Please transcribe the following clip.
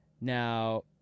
now